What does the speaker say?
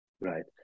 Right